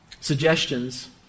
suggestions